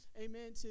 amen